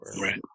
Right